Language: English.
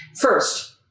First